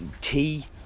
Tea